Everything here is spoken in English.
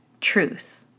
truth